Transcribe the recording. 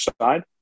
side